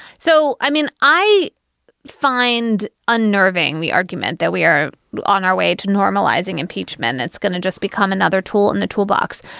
so, i mean, i find unnerving the argument that we are on our way to normalizing impeachment. that's going to just become another tool in the toolbox.